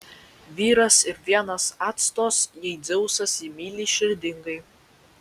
vyras ir vienas atstos jei dzeusas jį myli širdingai